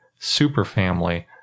superfamily